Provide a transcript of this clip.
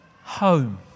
home